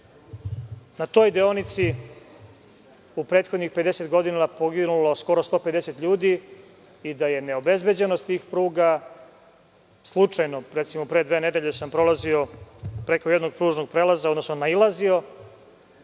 na toj deonici u prethodnih 50 godina poginulo skoro 150 ljudi i da je neobezbeđenost tih pruga. Slučajno, recimo, pre dve nedelje sam prolazio preko jednog pružnog prelaza, odnosno nailazio,